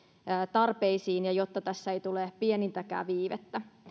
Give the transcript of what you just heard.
tarpeisiin ja jotta tässä ei tule pienintäkään viivettä